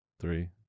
three